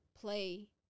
play